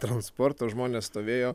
transporto žmonės stovėjo